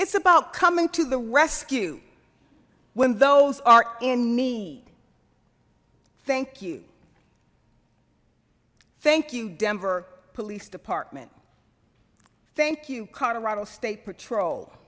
it's about coming to the rescue when those are in need thank you thank you denver police department thank you colorado state patrol